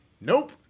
Nope